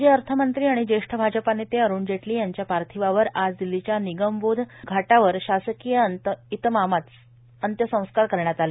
माजी अर्थमंत्री आणि ज्येष्ठ भाजपा नेते अरूण जेटली यांच्या पार्थिवावर आज दिल्लीच्या निगमबोध घाटावर शासकीय इतमामात अंत्यसंस्कार करण्यात आले